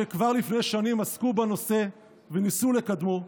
שכבר לפני שנים עסקו בנושא וניסו לקדמו,